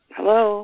Hello